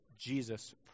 Jesus